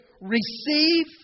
receive